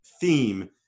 theme